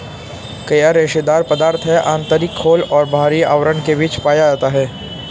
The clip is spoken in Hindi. कयर रेशेदार पदार्थ है आंतरिक खोल और बाहरी आवरण के बीच पाया जाता है